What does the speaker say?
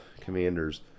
Commanders